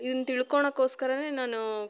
ಇದನ್ನು ತಿಳ್ಕೊಳೋಕೋಸ್ಕರನೇ ನಾನೂ